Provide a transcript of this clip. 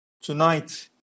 tonight